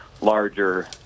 larger